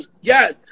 Yes